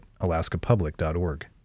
alaskapublic.org